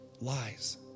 Lies